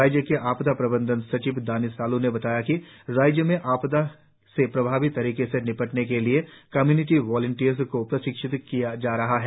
राज्य के आपदा प्रबंधन सचिव दानी सालू ने बताया कि राज्य में आपदा से प्रभावी तरीके से निपटने के लिए कम्यूनिटी वालांटियर्स को प्रशिक्षित किया जा रहा है